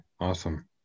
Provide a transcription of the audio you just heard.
Awesome